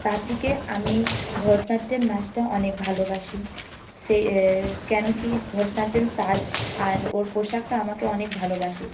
তার থেকে আমি ভরতনাট্যম নাচটা অনেক ভালোবাসি সে কেন কি ভরতনাট্যম সাজ আর ওর পোশাকটা আমাকে অনেক ভালোবাসি